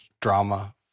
drama